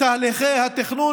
תהליכי התכנון,